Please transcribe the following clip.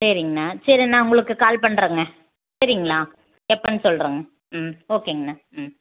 சரிங்கண்ணா சரி நான் உங்களுக்கு கால் பண்ணுறேங்க சரிங்களா எப்போன்னு சொல்கிறேங்க ம் ஓகேங்கண்ணா ம்